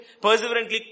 perseverantly